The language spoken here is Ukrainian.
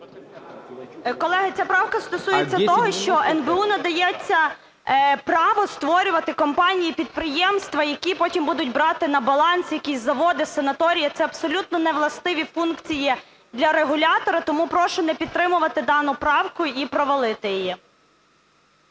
Колеги, ця правка стосується того, що НБУ надається право створювати компанії, підприємства, які потім будуть брати на баланс якісь заводи, санаторії. Це абсолютно не властиві функції для регулятора, тому прошу не підтримувати дану правку і провалити її.